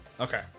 Okay